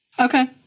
Okay